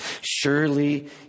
Surely